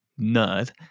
nerd